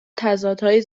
تضادهای